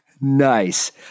Nice